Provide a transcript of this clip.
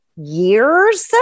years